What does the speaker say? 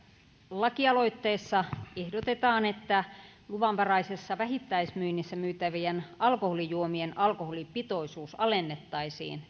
lakialoitteessa ehdotetaan että luvanvaraisessa vähittäismyynnissä myytävien alkoholijuomien alkoholipitoisuus alennettaisiin